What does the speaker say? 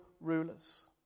rulers